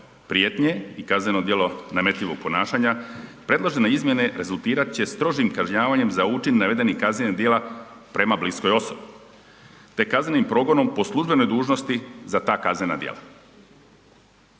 prijetnje i kazneno djelo nametljivog ponašanja, predložene izmjene rezultirat će strožnim kažnjavanjem za učin navedenih kaznenih djela prema bliskoj osobi te kaznenim progonom po službenoj dužnosti za ta kaznena djela.